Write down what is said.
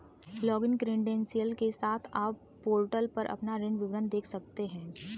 login credential के साथ, आप पोर्टल पर अपना ऋण विवरण देख सकते हैं